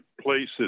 places